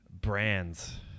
brands